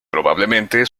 probablemente